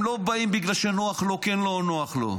הם לא באים בגלל שנוח להם או לא נוח להם.